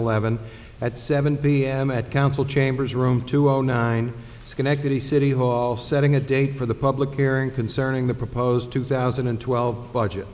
eleven at seven p m at council chambers room two zero nine schenectady city hall setting a date for the public airing concerning the proposed two thousand and twelve budget